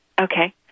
Okay